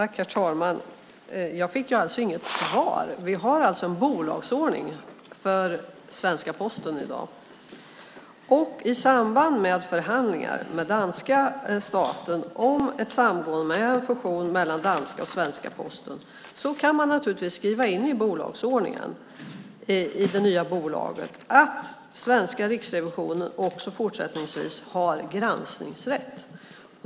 Herr talman! Jag fick inget svar. Det finns en bolagsordning för svenska Posten i dag. I samband med förhandlingar med danska staten om ett samgående, en fusion, mellan danska och svenska Posten kan man naturligtvis skriva in i bolagsordningen i det nya bolaget att svenska Riksrevisionen också fortsättningsvis har granskningsrätt.